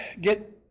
get